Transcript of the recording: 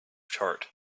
chart